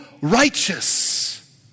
righteous